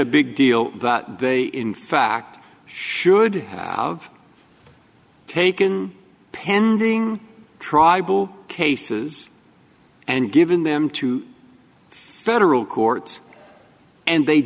a big deal that they in fact should have taken pending tribal cases and given them to federal courts and they